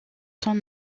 son